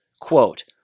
Quote